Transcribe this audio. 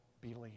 believe